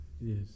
Yes